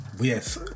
Yes